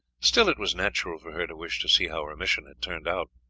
still, it was natural for her to wish to see how her mission had turned out.